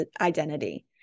identity